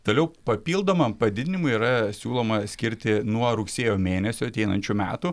toliau papildomam padidinimui yra siūloma skirti nuo rugsėjo mėnesio ateinančių metų